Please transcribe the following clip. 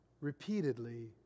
repeatedly